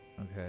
Okay